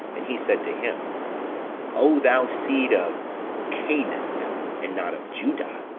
and he said to him o thou seed of chanaan, and not of juda,